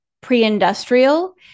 pre-industrial